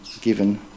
given